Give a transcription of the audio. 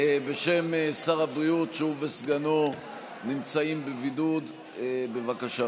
בשם שר הבריאות, שהוא וסגנו נמצאים בבידוד, בבקשה.